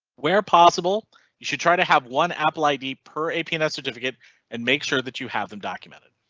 where possible you should try to have one apple id per apn certificate and make sure that you have them documented.